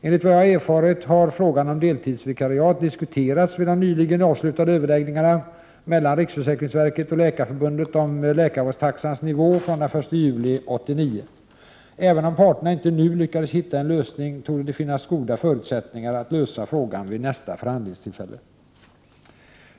Enligt vad jag erfarit har frågan om deltidsvikariat diskuterats vid de nyligen avslutade överläggningarna mellan riksförsäkringsverket och Läkarförbundet om läkarvårdstaxans nivå från den 1 juli 1989. Även om parterna inte nu lyckades hitta en lösning, torde det finnas goda förutsättningar att lösa frågan vid nästa förhandlingstillfälle.